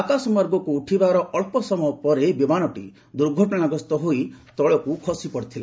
ଆକାଶମାର୍ଗକୁ ଉଠିବାର ଅଞ୍ଚ ସମୟ ପରେ ବିମାନଟି ଦୁର୍ଘଟଣାଗ୍ରସ୍ତ ହୋଇ ତଳକୁ ଖସିପଡ଼ିଥିଲା